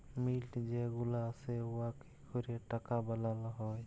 মিল্ট যে গুলা আসে উয়াতে ক্যরে টাকা বালাল হ্যয়